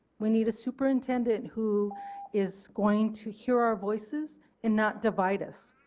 we need a superintendent who is going to hear our voices and not divide us.